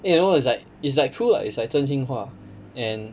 eh no it's like it's like true lah it's like 真心话 and